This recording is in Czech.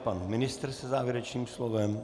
Pan ministr se závěrečným slovem.